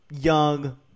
young